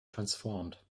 transformed